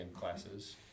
classes